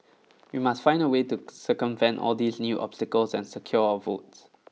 we must find a way to circumvent all these new obstacles and secure our votes